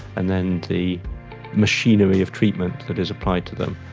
and then the machinery of treatment that is applied to them.